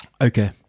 okay